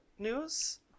news